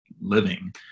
living